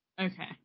Okay